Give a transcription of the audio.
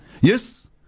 Yes